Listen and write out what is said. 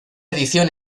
edición